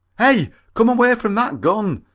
hey, come away from that gun!